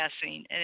passing